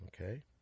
Okay